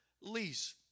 lease